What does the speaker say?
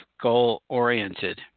goal-oriented